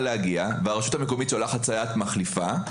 להגיע והרשות המקומית שולחת סייעת מחליפה,